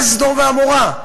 זה סדום ועמורה.